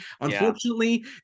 Unfortunately